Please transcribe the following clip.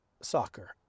soccer